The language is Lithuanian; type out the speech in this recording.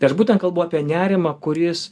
tai aš būtent kalbu apie nerimą kuris